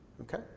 Okay